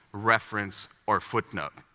reference or footnote.